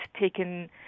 taken